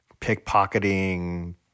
pickpocketing